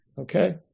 Okay